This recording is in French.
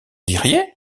diriez